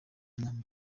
mukino